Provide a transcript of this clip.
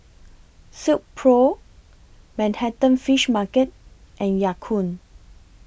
Silkpro Manhattan Fish Market and Ya Kun